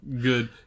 good